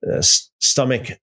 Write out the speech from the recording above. Stomach